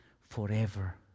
forever